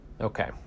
Okay